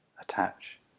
attach